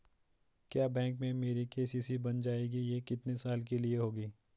क्या बैंक में मेरी के.सी.सी बन जाएगी ये कितने साल के लिए होगी?